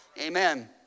Amen